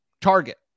target